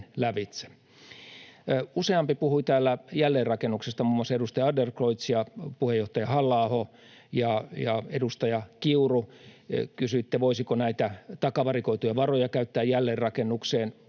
Useampi puhui täällä jälleenrakennuksesta — muun muassa edustaja Adlercreutz ja puheenjohtaja Halla-aho — ja, edustaja Kiuru, kysyitte, voisiko näitä takavarikoituja varoja käyttää jälleenrakennukseen.